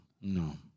no